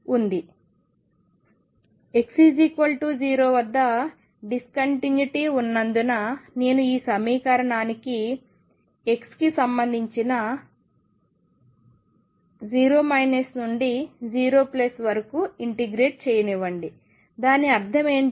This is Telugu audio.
x 0 వద్ద డిస్కంటిన్యుటీ ఉన్నందున నేను ఈ సమీకరణాన్ని xకి సంబంధించి 0 నుండి 0 వరకు ఇంటిగ్రేట్ చేయనివ్వండి దాని అర్థం ఏమిటి